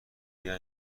بیا